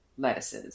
lettuces